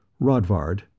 Rodvard